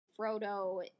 Frodo